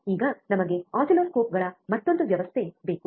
ಈಗ ನಮಗೆ ಆಸಿಲ್ಲೋಸ್ಕೋಪ್ಗಳ ಮತ್ತೊಂದು ವ್ಯವಸ್ಥೆ ಬೇಕು